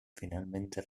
finalmente